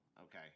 Okay